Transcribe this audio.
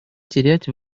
терять